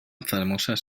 famosas